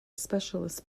specialist